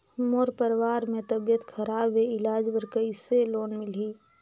मोर परवार मे तबियत खराब हे इलाज बर कइसे लोन मिलही?